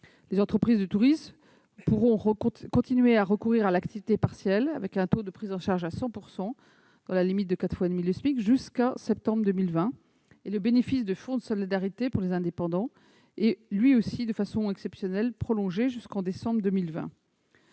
Les entreprises du tourisme pourront continuer à recourir à l'activité partielle, celle-ci étant prise en charge à 100 %, dans la limite de 4,5 SMIC, jusqu'à septembre 2020. Le bénéfice du fonds de solidarité pour les indépendants est lui aussi, de façon exceptionnelle, prolongé jusqu'en décembre 2020.